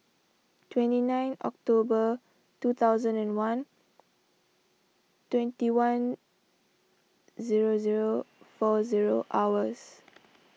twenty nine October two thousand and one twenty one zero zero four zero hours